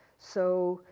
so,